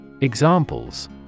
Examples